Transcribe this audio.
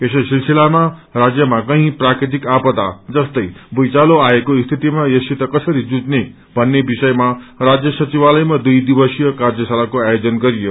यसै सिलसिलामा राज्यमा कही प्राकृतिक आपदा जस्तै भूइँचालो आएको स्थितिमा यससित कसरी जुझ्ने भन्ने विषयमा राज्य सचिवालयमा दुइ दिवसीय कार्यशलाको आयोजन गरियो